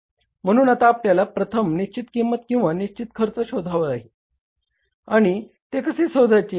म्हणून आता आपल्याला प्रथम निश्चित किंमत किंवा निश्चित खर्च शोधायचा आहे आणि ते कसे शोधायचे